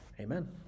Amen